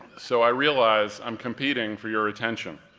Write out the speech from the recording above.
so i realize i'm competing for your attention,